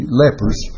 lepers